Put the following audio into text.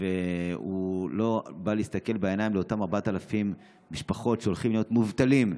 והוא לא בא להסתכל בעיניים לאותן 4,000 משפחות שהולכות להיות מובטלות.